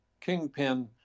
kingpin